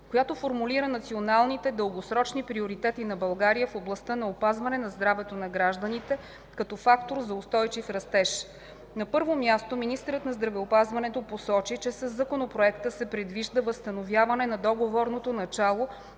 която формулира националните дългосрочни приоритети на България в областта на опазване на здравето на гражданите като фактор за устойчив растеж. На първо място, министърът на здравеопазването посочи, че със Законопроекта се предвижда възстановяване на договорното начало